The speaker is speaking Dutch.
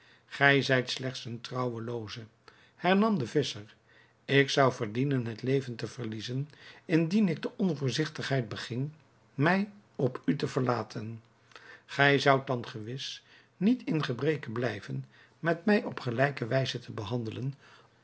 gij zijt slechts een trouwelooze hernam de visscher ik zou verdienen het leven te verliezen indien ik de onvoorzigtigheid beging mij op u te verlaten gij zoudt dan gewis niet in gebreke blijven met mij op gelijke wijze te handelen